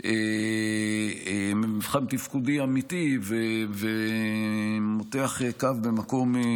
מבחן תפקודי אמיתי, ומותח קו במקום,